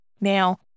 Now